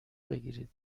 بگیرید